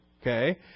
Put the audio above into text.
okay